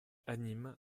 anime